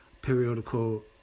periodical